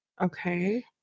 Okay